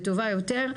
טובה יותר,